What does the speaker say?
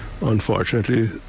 unfortunately